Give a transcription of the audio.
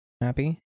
happy